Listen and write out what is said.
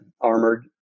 Armored